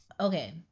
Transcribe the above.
okay